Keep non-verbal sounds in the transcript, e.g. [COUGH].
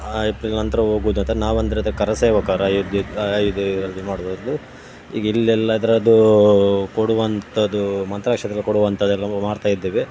April ನಂತರ ಹೋಗುದಂತ ನಾವಂದರೆ ಅದು ಕರಸೇವಕರು ಅಯೋಧ್ಯಕ್ಕೆ ಅಯೋಧ್ಯೆ ಇದರಲ್ಲಿ ಮಾಡುದು [UNINTELLIGIBLE] ಈಗ ಇಲ್ಲೆಲ್ಲಾದರೆ ಅದು ಕೊಡುವಂಥದ್ದು ಮಂತ್ರಾಕ್ಷತೆ ಕೊಡುವಂಥದ್ದೆಲ್ಲವೂ ಮಾಡ್ತಾಯಿದ್ದೇವೆ